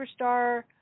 superstar